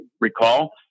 recall